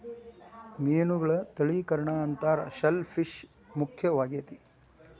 ಮೇನುಗಳ ತಳಿಕರಣಾ ಅಂತಾರ ಶೆಲ್ ಪಿಶ್ ಮುಖ್ಯವಾಗೆತಿ